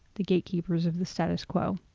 the gatekeepers, of the status quo.